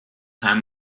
time